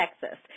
Texas